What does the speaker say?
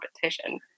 competition